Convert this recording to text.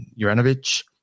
Juranovic